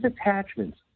attachments